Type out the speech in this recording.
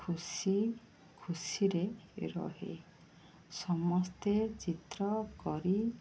ଖୁସି ଖୁସିରେ ରୁହେ ସମସ୍ତେ ଚିତ୍ର କରି